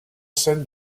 scène